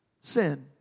sin